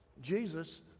Jesus